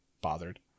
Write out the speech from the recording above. bothered